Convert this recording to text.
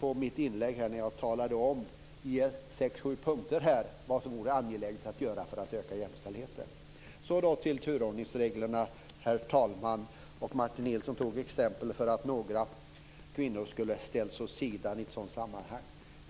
på mitt inlägg. Jag talade om - jag tog upp sex sju punkter - vad som är angeläget att göra för att öka jämställdheten. Så går jag till turordningsreglerna, herr talman. Martin Nilsson tog ett exempel där några kvinnor skulle ha ställts åt sidan i ett sådant sammanhang.